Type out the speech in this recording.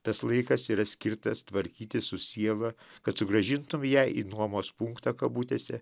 tas laikas yra skirtas tvarkytis su siela kad sugrąžintumei ją į nuomos punktą kabutėse